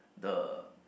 the